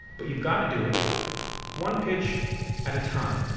but you've got to do it one pitch at a time.